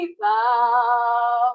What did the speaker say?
bow